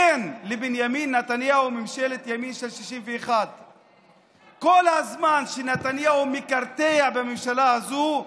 אין לבנימין נתניהו ממשלת ימין של 61. כל זמן שנתניהו מקרטע בממשלה הזו,